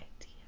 idea